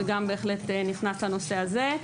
בהחלט נכנס לנושא הזה.